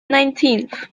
nineteenth